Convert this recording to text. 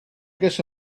guess